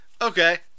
Okay